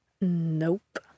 Nope